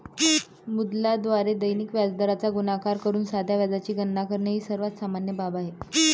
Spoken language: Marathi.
मुद्दलाद्वारे दैनिक व्याजदराचा गुणाकार करून साध्या व्याजाची गणना करणे ही सर्वात सामान्य बाब आहे